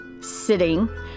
sitting